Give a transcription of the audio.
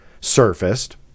surfaced